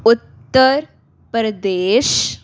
Uttar Pradesh